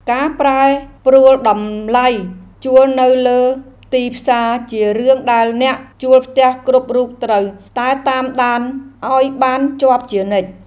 ការប្រែប្រួលតម្លៃជួលនៅលើទីផ្សារជារឿងដែលអ្នកជួលផ្ទះគ្រប់រូបត្រូវតែតាមដានឱ្យបានជាប់ជានិច្ច។